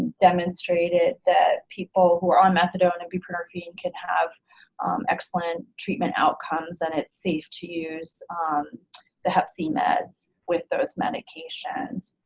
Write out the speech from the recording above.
demonstrated that people who are on methadone and buprenorphine can have excellent treatment outcomes and it's safe to use the hep c meds with those medications.